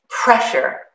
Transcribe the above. pressure